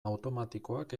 automatikoak